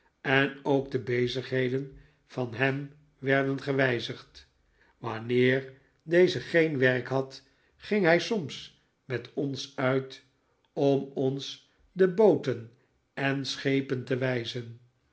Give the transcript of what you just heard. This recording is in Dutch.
en ook de bezigheden van ham werden gewijzigd wanneer deze geen werk had ging hij soms met ons uit om ons de booten en schepen te wijzen